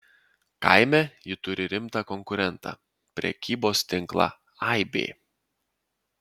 kaime ji turi rimtą konkurentą prekybos tinklą aibė